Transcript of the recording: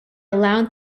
allowed